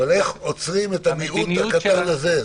אבל איך עוצרים את המיעוט הקטן הזה?